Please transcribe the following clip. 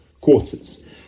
quarters